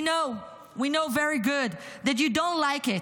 We know you don’t like it.